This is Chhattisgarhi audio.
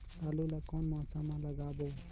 आलू ला कोन मौसम मा लगाबो?